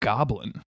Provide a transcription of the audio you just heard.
Goblin